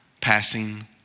passing